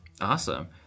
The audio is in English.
Awesome